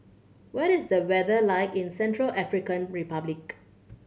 what is the weather like in Central African Republic